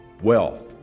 wealth